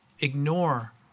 ignore